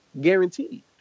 guaranteed